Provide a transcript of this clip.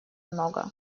много